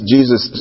Jesus